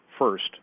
first